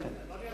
זה.